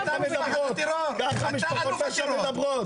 ככה משפחות פשע מדברות.